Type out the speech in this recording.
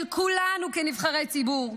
של כולנו כנבחרי ציבור,